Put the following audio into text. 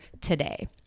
today